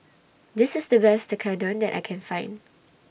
This IS The Best Tekkadon that I Can Find